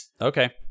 Okay